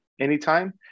anytime